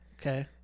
Okay